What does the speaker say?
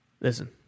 Listen